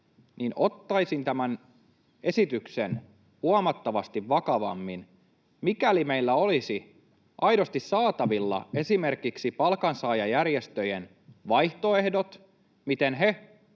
niin ottaisin tämän esityksen huomattavasti vakavammin, mikäli meillä olisi aidosti saatavilla esimerkiksi palkansaajajärjestöjen vaihtoehdot siitä, miten he